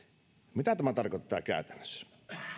mitä tämä tarkoittaa käytännössä